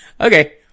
Okay